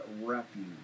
refuge